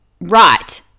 right